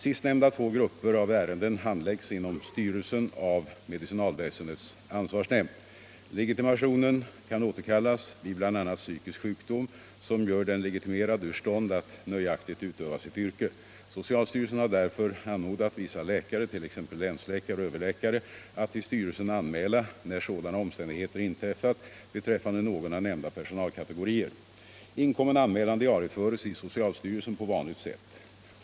Sistnämnda två grupper av ärenden handläggs inom styrelsen av medicinalväsendets ansvarsnämnd. Legitimationen kan återkallas vid bl.a. psykisk sjukdom som gör den legitimerade ur stånd att nöjaktigt utöva sitt yrke. Socialstyrelsen har därför anmodat vissa läkare t.ex. länsläkare och överläkare att till styrelsen anmäla när sådana omständigheter inträffat beträffande någon av nämnda personalkategorier. Inkommen anmälan diarieförs i socialstyrelsen på vanligt sätt.